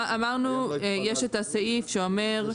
יש את הסעיף שאומר,